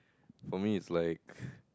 for me it's like